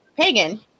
Pagan